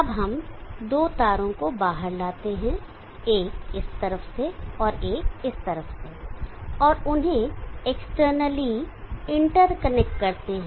अब हम दो तारों को बाहर लाते हैं एक इस तरफ से और एक इस तरफ से और उन्हें एक्सटर्नली इंटरकनेक्ट करते हैं